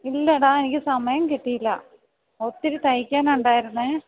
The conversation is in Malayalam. ഇല്ലെടാ എനിക്ക് സമയം കിട്ടിയില്ല ഒത്തിരി തയ്ക്കാനുണ്ടായിരുന്നെ